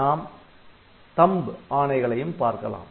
நாம் தம்ப் ஆணைகளையும் பார்க்கலாம்